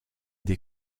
des